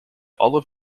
olive